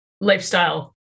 lifestyle